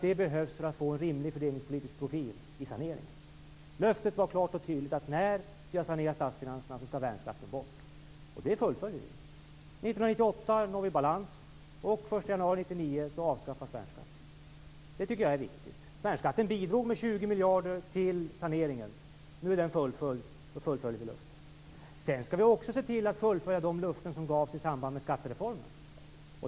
Det behövs för att få en rimlig fördelningspolitisk profil i saneringen. Löftet var klart och tydligt: När vi har sanerat statsfinanserna skall värnskatten bort. Det fullföljer vi. År 1998 når vi balans, och den 1 januari 1999 avskaffas värnskatten. Det tycker jag är viktigt. Värnskatten bidrog med 20 miljarder till saneringen. Nu är denna fullföljd, och då fullföljer vi löftet. Sedan skall vi också se till att fullfölja de löften som gavs i samband med skattereformen.